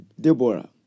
Deborah